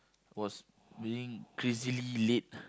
was being crazily late